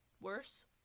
Worse